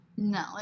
No